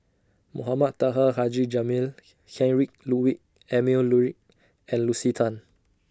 Mohamed Taha Haji Jamil Heinrich Ludwig Emil Luering and Lucy Tan